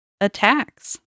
attacks